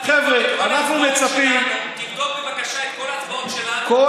תבדוק את כל ההצבעות שלנו,